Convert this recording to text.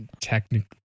technically